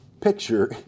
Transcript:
picture